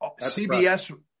CBS